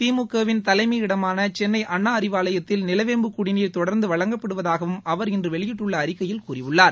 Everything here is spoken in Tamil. திமுக வின் தலைமை இடமான சென்னை அண்ணா அறிவாலயத்தில் நிலவேம்பு குடிநீர் தொடர்ந்து வழங்கப்படுவதாவும் அவர் இன்று வெளியிட்ட அறிக்கையில் கூறியுள்ளார்